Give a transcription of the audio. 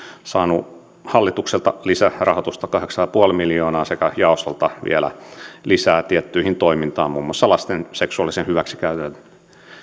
saanut hallitukselta lisärahoitusta kahdeksan pilkku viisi miljoonaa sekä jaostolta vielä lisää tiettyyn toimintaan muun muassa lasten seksuaalisen hyväksikäytön